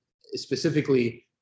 specifically